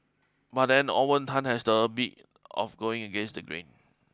but then Owen Tan has this habit of going against the grain